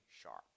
sharp